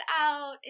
out